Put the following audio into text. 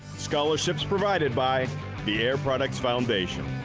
scholarships provided by the air products foundation.